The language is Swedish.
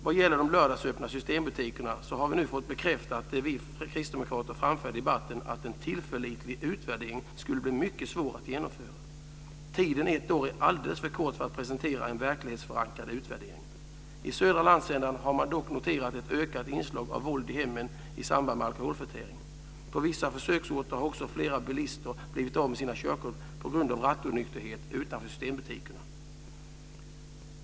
Vad gäller de lördagsöppna systembutikerna har vi nu fått bekräftat det vi kristdemokrater framförde i debatten, att en tillförlitlig utvärdering skulle bli mycket svår att genomföra. Ett år är alldeles för kort tid för att presentera en verklighetsförankrad utvärdering. I södra landsändan har man dock noterat ett ökat inslag av våld i hemmen i samband med alkoholförtäring. På vissa försöksorter har också flera bilister blivit av med sina körkort på grund av rattonykterhet utanför systembutikerna.